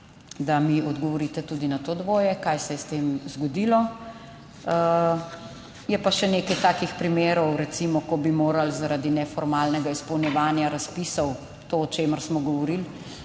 da mi odgovorite tudi na to dvoje, kaj se je s tem zgodilo. Je pa še nekaj takih primerov recimo, ko bi morali zaradi neformalnega izpolnjevanja razpisov, to o čemer smo govorili